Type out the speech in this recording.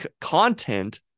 content